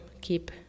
keep